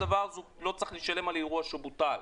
לא צריך לשלם על אירוע שבוטל.